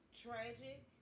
tragic